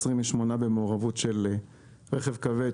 28 במעורבות של רכב כבד,